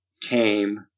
came